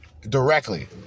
directly